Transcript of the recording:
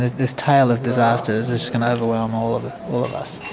this tale of disasters is going to overwhelm all of all of us.